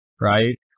right